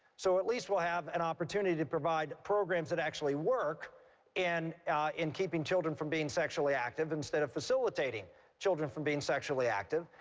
so at least we'll have an opportunity to provide programs that actually work in in keeping children from being sexually active instead of facilitating children from being sexually active.